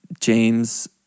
James